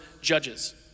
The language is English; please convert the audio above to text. judges